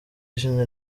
izina